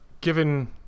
Given